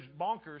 bonkers